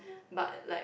but like